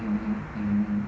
mmhmm mmhmm